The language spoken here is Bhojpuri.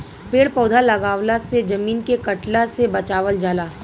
पेड़ पौधा लगवला से जमीन के कटला से बचावल जाला